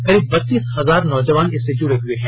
करीब बत्तीस हजार नौजवान इससे जुड़े हए हैं